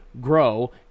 Grow